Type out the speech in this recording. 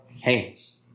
hands